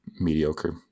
mediocre